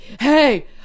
Hey